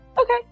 okay